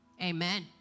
Amen